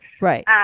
right